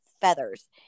feathers